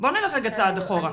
בוא נלך רגע צעד אחורה.